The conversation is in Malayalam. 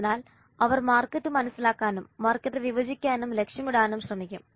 അതിനാൽ അവർ മാർക്കറ്റ് മനസ്സിലാക്കാനും മാർക്കറ്റ് വിഭജിക്കാനും ലക്ഷ്യമിടാനും ശ്രമിക്കും